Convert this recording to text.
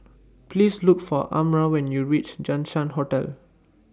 Please Look For Amara when YOU REACH Jinshan Hotel